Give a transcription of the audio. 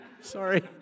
Sorry